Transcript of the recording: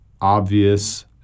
obvious